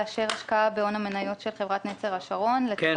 על סדר היום: הצעת השקעה בהון מניות חברת נצר השרון בע"מ.